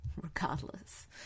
Regardless